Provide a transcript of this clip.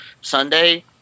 Sunday